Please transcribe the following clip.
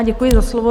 Děkuji za slovo.